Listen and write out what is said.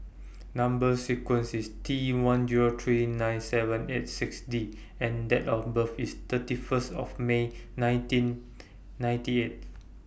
Number sequence IS T one Zero three nine seven eight six D and Date of birth IS thirty First of May nineteen ninety eight